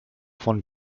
von